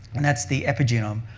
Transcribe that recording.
and that's the epigenome,